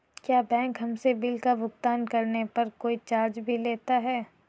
क्या बैंक हमसे बिल का भुगतान करने पर कोई चार्ज भी लेता है?